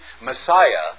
Messiah